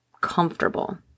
comfortable